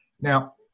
Now